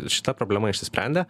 šita problema išsisprendė